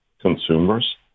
consumers